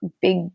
big